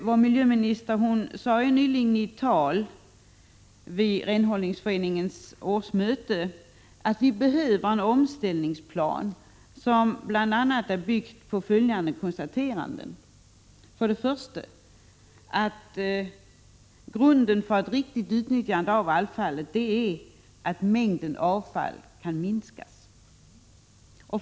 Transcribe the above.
Vår miljöminister sade nyligen i ett tal vid Renhållningsföreningens årsmöte att vi behöver en omställningsplan, som bl.a. bygger på följande konstateranden. För det första är grunden för ett riktigt utnyttjande av avfallet att mängden avfall kan minskas.